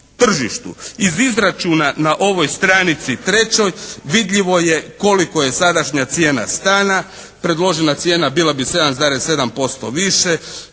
Iz izračuna na ovoj stranici trećoj vidljivo je koliko je sadašnja cijena stana. Predložena cijena bila bi 7,7% više.